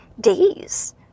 days